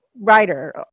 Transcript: writer